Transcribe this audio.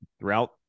throughout